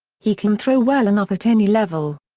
he can throw well enough at any level.